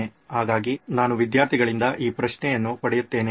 ಆಗಾಗ್ಗೆ ನಾನು ವಿದ್ಯಾರ್ಥಿಗಳಿಂದ ಈ ಪ್ರಶ್ನೆಯನ್ನು ಪಡೆಯುತ್ತೇನೆ